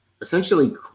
essentially